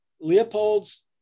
Leopold's